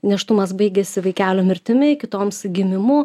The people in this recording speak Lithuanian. nėštumas baigėsi vaikelio mirtimi kitoms gimimu